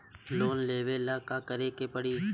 Loan लेवे ला का करे के पड़ी?